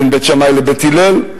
בין בית שמאי לבית הלל,